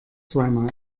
zweimal